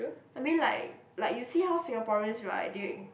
I mean like like you see how Singaporeans right they